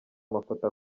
amafoto